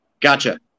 Gotcha